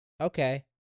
Okay